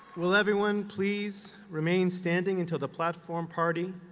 will everyone please remain standing until the platform party,